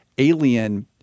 Alien